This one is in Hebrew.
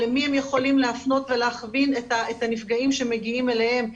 למי הם יכולים להפנות ולהכווין את הנפגעים שמגיעים אליהם,